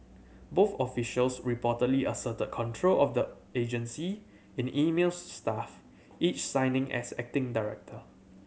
both officials reportedly asserted control of the agency in emails to staff each signing as acting director